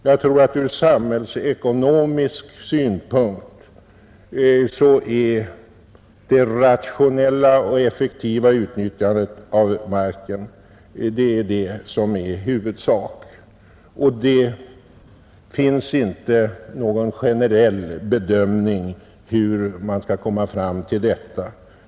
Jag tror att det som är huvudsaken ur samhällsekonomisk synpunkt är det rationella och effektiva utnyttjandet av marken — och det finns inte någon generell bedömning av hur man skall komma fram till en sådan användning.